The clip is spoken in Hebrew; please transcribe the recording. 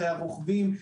אחרי הרוכבים.